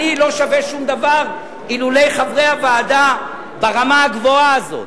אני לא שווה שום דבר אילולא היו חברי הוועדה ברמה הגבוהה הזאת.